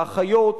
האחיות,